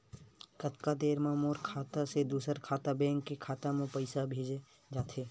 कतका देर मा मोर खाता से दूसरा बैंक के खाता मा पईसा भेजा जाथे?